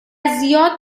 زیاد